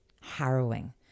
harrowing